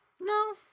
no